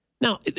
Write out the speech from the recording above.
Now